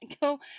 go